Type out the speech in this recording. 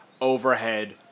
overhead